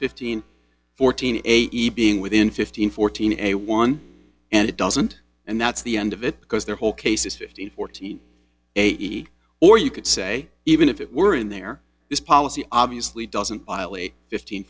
fifteen fourteen a being within fifteen fourteen a one and it doesn't and that's the end of it because their whole case is fifteen fourteen or you could say even if it were in there this policy obviously doesn't violate fifteen